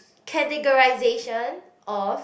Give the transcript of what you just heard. categorisation of